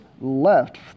left